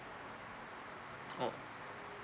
oh